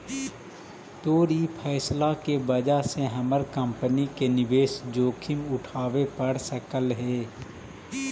तोर ई फैसला के वजह से हमर कंपनी के निवेश जोखिम उठाबे पड़ सकलई हे